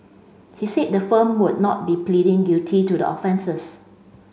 he said the firm would not be pleading guilty to the offences